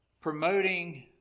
promoting